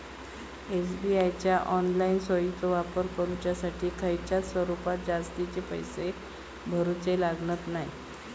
SBI च्या online सोयीचो वापर करुच्यासाठी खयच्याय स्वरूपात जास्तीचे पैशे भरूचे लागणत नाय